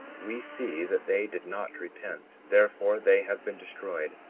we see that they did not repent therefore they have been destroyed,